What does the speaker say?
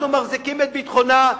אנחנו מחזיקים את ביטחונה,